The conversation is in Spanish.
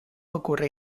ocurre